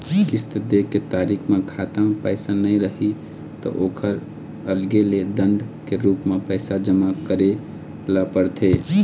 किस्त दे के तारीख म खाता म पइसा नइ रही त ओखर अलगे ले दंड के रूप म पइसा जमा करे ल परथे